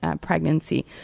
pregnancy